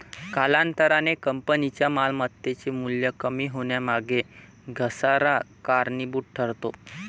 कालांतराने कंपनीच्या मालमत्तेचे मूल्य कमी होण्यामागे घसारा कारणीभूत ठरतो